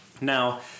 Now